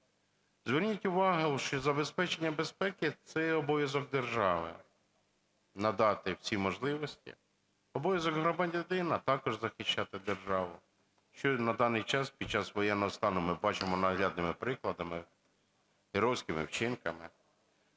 Зверніть увагу, що забезпечення безпеки – це обов'язок держави, надати всі можливості. Обов'язок громадянина також захищати державу, що на даний час, під час воєнного стану, ми бачимо наглядними прикладами, геройськими вчинками.